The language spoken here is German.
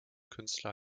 künstler